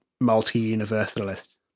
multi-universalist